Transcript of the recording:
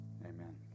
amen